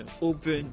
open